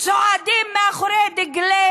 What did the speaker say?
צועדים מאחורי דגלי